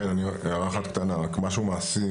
כן, הערה אחת קטנה, רק משהו מעשי.